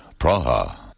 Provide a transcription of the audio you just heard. Praha